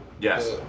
Yes